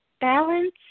balance